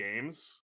Games